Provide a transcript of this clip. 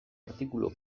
artikulu